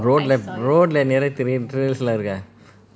road road ல நிறுத்தி:la niruthi